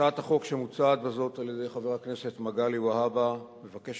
הצעת החוק שמוצעת בזאת על-ידי חבר הכנסת מגלי והבה מבקשת